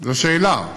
זו שאלה,